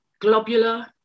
globular